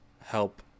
help